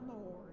Lord